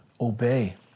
obey